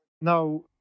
Now